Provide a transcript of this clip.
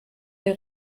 der